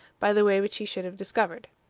by the way which he should have discovered.